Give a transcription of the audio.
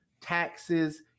taxes